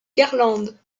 garlande